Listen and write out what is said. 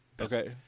Okay